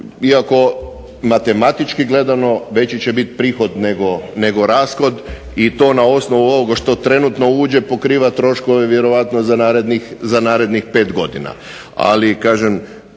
iako matematički gledano veći će biti prihod nego rashod i to na osnovu ovoga što trenutno uđe pokriva troškove vjerojatno za narednih 5 godina.